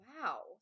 wow